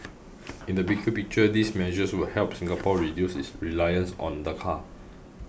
in the bigger picture these measures would help Singapore reduce its reliance on the car